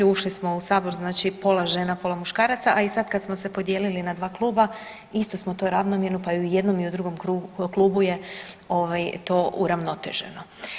Ušli smo u sabor znači pola žena, pola muškaraca, a i sada kada smo se podijelili na dva kluba isto smo to ravnomjerno, pa je i u jednom i drugom klubu je to uravnoteženo.